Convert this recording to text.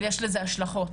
אבל יש לזה השלכות,